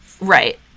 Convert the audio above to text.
right